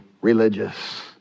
religious